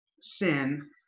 sin